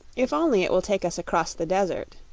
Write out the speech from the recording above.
if only it will take us across the desert.